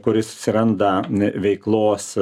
kuris atsiranda veiklos